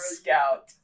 scout